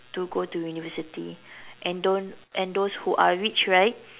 to go to university and don't and those who are rich right